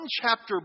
chapter